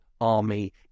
army